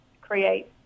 create